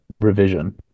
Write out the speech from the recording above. revision